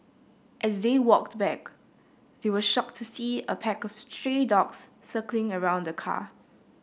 as they walked back they were shocked to see a pack of stray dogs circling around the car